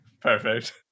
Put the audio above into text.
Perfect